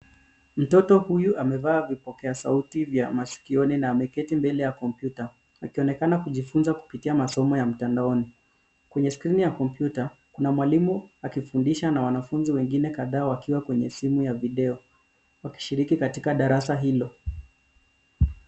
Mtoto huyu amevaa vipokea sauti vya masikioni na ameketi mbele ya kompyuta akionekana kujifunza kupitia masomo ya mtandaoni. Kwenye skrini ya kompyuta, kuna mwalimu akifundisha na wanafunzi wengine kadhaa wakiwa kwenye simu ya video wakishiriki katika darasa hilo.